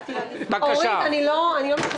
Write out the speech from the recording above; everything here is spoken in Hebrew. כי אין להם לאן ללכת,